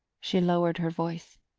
she lowered her voice.